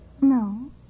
No